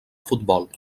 futbol